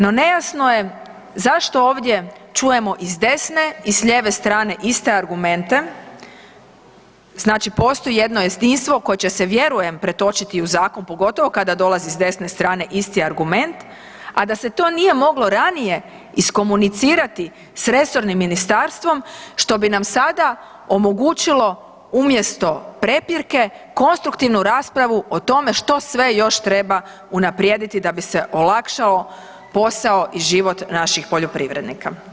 No nejasno je zašto ovdje čujemo i s desne i s lijeve strane iste argumente, znači postoje jedno jedinstvo koje će se vjerujem pretočiti u zakon, pogotovo kada dolazi s desne strane isti argument, a da se to nije moglo ranije iskomunicirati s resornim ministarstvom što bi nam sada omogućilo umjesto prepirke konstruktivnu raspravu o tome što sve još treba unaprijediti da bi se olakšao posao i život naših poljoprivrednika.